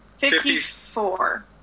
Fifty-four